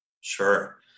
Sure